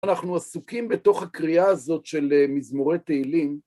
אנחנו עסוקים בתוך הקריאה הזאת של מזמורי תהילים.